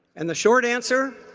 and the short answer,